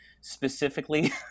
specifically